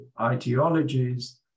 ideologies